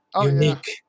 unique